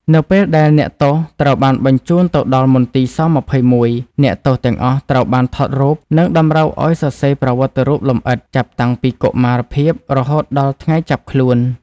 នៅពេលដែលអ្នកទោសត្រូវបានញ្ជូនទៅដល់មន្ទីរស-២១ អ្នកទោសទាំងអស់ត្រូវបានថតរូបនិងតម្រូវឱ្យសរសេរប្រវត្តិរូបលម្អិតចាប់ តាំងពីកុមារភាពរហូតដល់ថ្ងៃចាប់ខ្លួន។